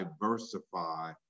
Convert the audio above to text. diversify